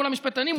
מול המשפטנים,